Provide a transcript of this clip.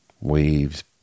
waves